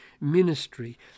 ministry